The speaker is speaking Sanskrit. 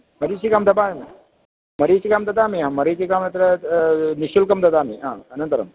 मरीचिकां ददामि अहं मरीचिकां ददामि अहं मरीचिकाम् अत्र निःशुल्कं ददामि आम् अनन्तरं